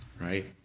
Right